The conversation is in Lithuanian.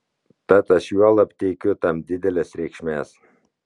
tad aš juolab teikiu tam didelės reikšmės